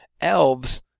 Elves